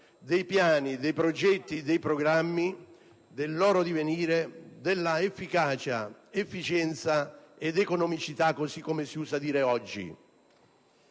dei piani, dei progetti, dei programmi, del loro divenire, della efficacia, efficienza ed economicità, così come si usa dire oggi.